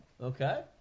Okay